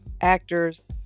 actors